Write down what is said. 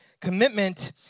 Commitment